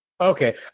Okay